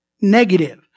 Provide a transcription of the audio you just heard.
Negative